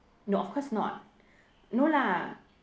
no of course not no lah